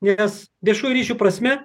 nes viešųjų ryšių prasme